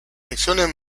secciones